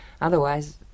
Otherwise